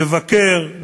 לבקר,